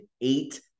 eight